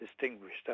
distinguished